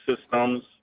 systems